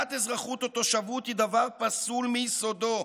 שלילת אזרחות או תושבות היא דבר פסול מיסודו,